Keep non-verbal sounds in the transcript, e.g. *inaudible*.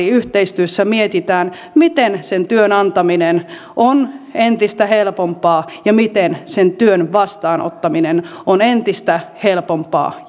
*unintelligible* yhteistyössä mietitään miten sen työn antaminen on entistä helpompaa ja miten sen työn vastaanottaminen on entistä helpompaa *unintelligible*